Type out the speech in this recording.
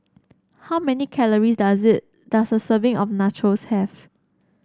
how many calories does it does a serving of Nachos have